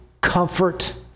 comfort